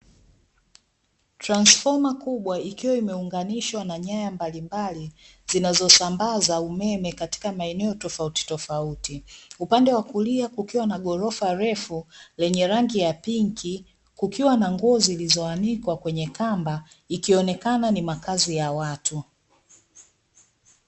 Transfoma kubwa ikiwa imeunganishwa na nyaya mbalimbali, zinazo sambaza umeme katika maeneo tofauti tofauti. Upande wa kulia kukiwa na ghorofa refu lenye rangi ya pinki, kukiwa na nguo zilizoanikwa kwenye kamba, ikionekana ni makazi ya watu.